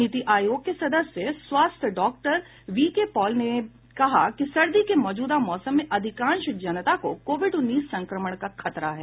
नीति आयोग के सदस्य स्वास्थ्य डॉक्टर वी के पॉल ने कहा कि सर्दी के मौजूदा मौसम में अधिकांश जनता को कोविड उन्नीस संक्रमण का खतरा है